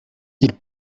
ils